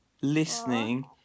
listening